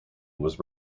was